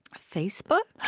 facebook?